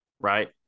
right